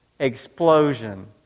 Explosion